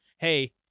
Hey